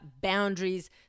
boundaries